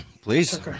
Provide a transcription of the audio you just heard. Please